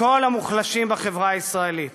כל המוחלשים בחברה הישראלית.